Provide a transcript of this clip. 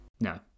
No